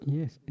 Yes